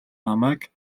намайг